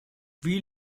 wie